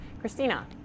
christina